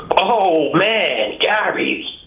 oh, man, gary.